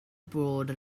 broad